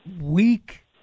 week